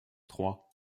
trois